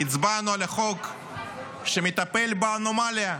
הצבענו על החוק שמטפל באנומליה,